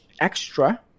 extra